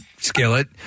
skillet